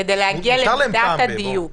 כדי להגיע למידת הדיוק.